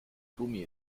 gummi